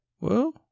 Well